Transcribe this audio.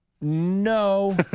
No